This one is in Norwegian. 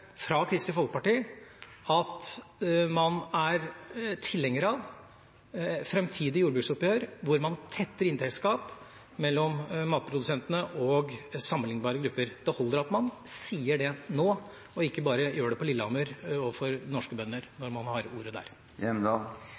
fra Kristelig Folkeparti at man er tilhengere av framtidige jordbruksoppgjør hvor man tetter inntektsgap mellom matprodusentene og sammenliknbare grupper. Det holder at man sier det nå, og ikke bare gjør det på Lillehammer overfor norske bønder når man har ordet der.